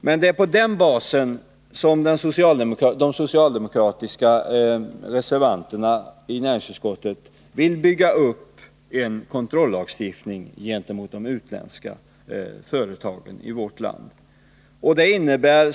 Men det är på den basen som de socialdemokratiska reservanterna i näringsutskottet vill bygga upp en kontrollagstiftning gentemot de utländska företagen i vårt land.